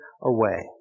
away